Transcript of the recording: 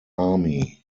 army